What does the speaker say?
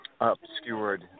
obscured